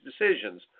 decisions